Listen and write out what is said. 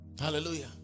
Hallelujah